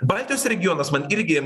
baltijos regionas man irgi